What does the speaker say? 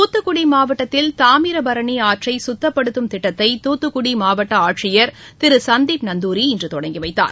தூத்துக்குடி மாவட்டத்தில் தாமிரபரணி ஆற்றை குத்தப்படுத்தும் திட்டத்தை துத்துக்குடி மாவட்ட ஆட்சியர் திரு சந்தீப் நந்தூரி இன்று தொடங்கிவைத்தார்